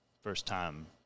first-time